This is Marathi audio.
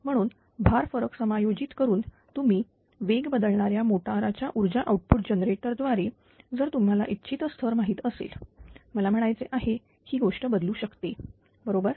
म्हणून भार फरक समायोजित करून तुम्ही वेग बदलणाऱ्या मोटरच्या ऊर्जा आउटपुट जनरेटर द्वारे जर तुम्हाला इच्छित स्थर माहिती असेल मला म्हणायचे आहे ही गोष्ट बदलू शकते बरोबर